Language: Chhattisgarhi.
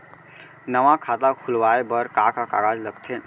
नवा खाता खुलवाए बर का का कागज लगथे?